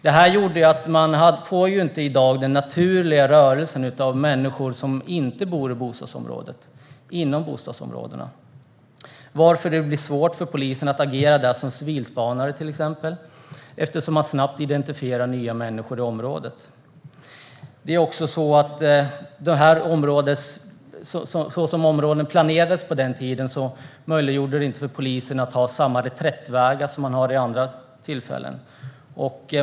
Det här har gjort att man i dag inte får den naturliga rörelsen inom bostadsområdena av människor som inte bor där, varför det blir svårt för polisen att till exempel agera som civilspanare, eftersom man snabbt identifierar nya människor i området. Det är också så att den här tidens områdesplanering inte har möjliggjort för polisen att ha samma reträttvägar som i andra områden.